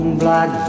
black